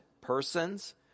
persons